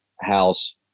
house